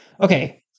Okay